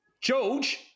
George